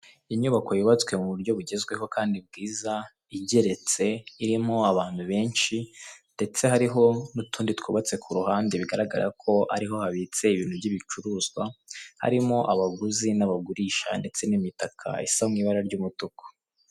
Inyubako yubatswe muburyo bugezweho Kandi bwiza , igeretse irimo abantu benshi ndetse hariho nutundi twubatse kuruhande bigaragara ko ari ho habitse ibintu by'ibicuruzwa, harimo abaguzi n'abagurisha ndetse n'imitaka isa mwibara ry'umutuku.